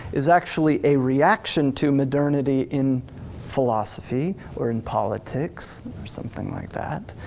is actually a reaction to modernity in philosophy, or in politics or something like that,